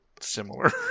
similar